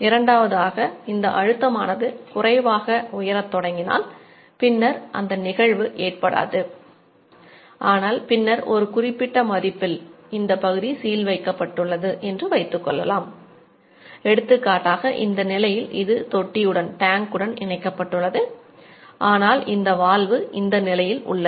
இரண்டாவதாக இந்த அழுத்தமானது குறைவாக உயர தொடங்கினால் பின்னர் அந்த நிகழ்வு இணைக்கப்பட்டுள்ளது